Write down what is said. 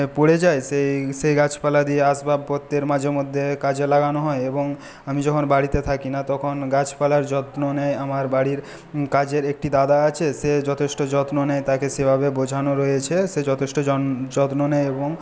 পড়ে যায় সেই সেই গাছপালা দিয়ে আসবাবপত্রের মাঝেমধ্যে কাজে লাগানো হয় এবং আমি যখন বাড়িতে থাকি না তখন গাছপালার যত্ন নেয় আমার বাড়ির কাজের একটি দাদা আছে সে যথেষ্ট যত্ন নেয় তাকে সেভাবে বোঝানো রয়েছে সে যথেষ্ট যত্ন নেয় এবং